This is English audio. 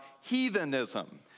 heathenism